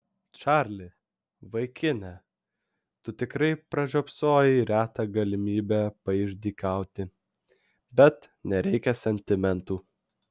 čarli vaikine tu tikrai pražiopsojai retą galimybę paišdykauti bet nereikia sentimentų